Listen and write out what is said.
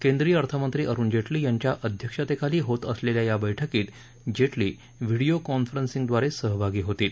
केंद्रीय अर्थमंत्री अरुण जेटली यांच्या अध्यक्षतेखाली होत असलेल्या या बैठकीत जेटली व्हिडीओ कॉन्फरन्सिंगदवारे सहभागी होतील